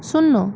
শূন্য